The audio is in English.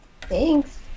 Thanks